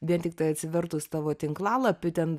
vien tiktai atsivertus tavo tinklalapį ten